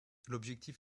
l’objectif